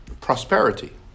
prosperity